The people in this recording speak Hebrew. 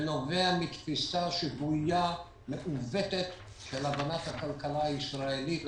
זה נובע מתפיסה שגויה ומעוותת של הבנת הכלכלה הישראלית.